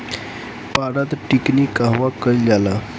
पारद टिक्णी कहवा कयील जाला?